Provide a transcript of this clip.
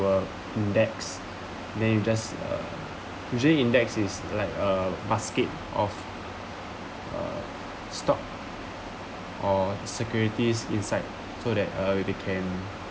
a debts then you just uh usually in debts is like a basket of uh stock or securities inside so that uh they can